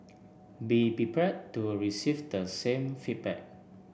be prepared to receive the same feedback